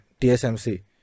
TSMC